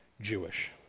Jewish